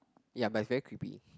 ya but it's very creepy